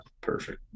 perfect